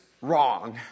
wrong